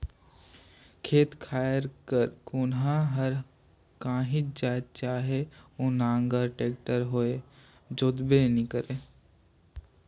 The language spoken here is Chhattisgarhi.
खेत खाएर कर कोनहा हर काहीच जाएत चहे ओ नांगर, टेक्टर होए जोताबे नी करे